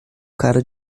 cara